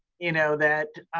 you know that